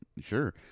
sure